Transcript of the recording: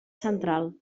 central